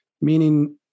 Meaning